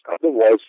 Otherwise